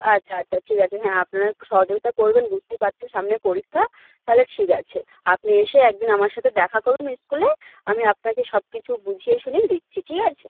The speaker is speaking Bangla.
আচ্ছা আচ্ছা ঠিক আছে হ্যাঁ আপনারা একটু সহযোগিতা করবেন বুঝতেই পারছেন সামনে পরীক্ষা তাহলে ঠিক আছে আপনি এসে এক দিন আমার সাথে দেখা করুন স্কুলে আমি আপনাকে সব কিছু বুঝিয়ে শুনিয়ে দিচ্ছি ঠিক আছে